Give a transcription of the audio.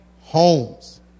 homes